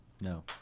No